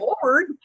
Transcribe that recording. forward